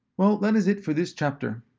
well that is it for this chapter.